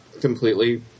completely